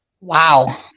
Wow